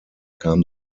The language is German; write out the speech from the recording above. kam